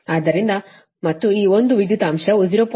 ಆದ್ದರಿಂದ ಮತ್ತು ಈ ಒಂದು ವಿದ್ಯುತ್ ಅಂಶವು 0